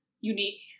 unique